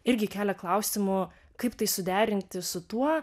irgi kelia klausimų kaip tai suderinti su tuo